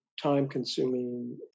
time-consuming